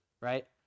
right